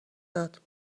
داد